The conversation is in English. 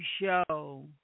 show